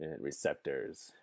receptors